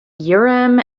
urim